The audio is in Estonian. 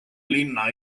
linna